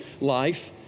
life